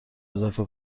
اضافه